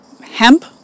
hemp